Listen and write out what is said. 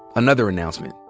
another announcement,